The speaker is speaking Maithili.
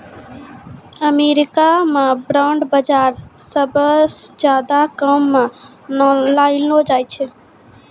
अमरीका म बांड बाजार सबसअ ज्यादा काम म लानलो जाय छै